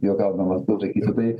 juokaudamas pasakysiu tai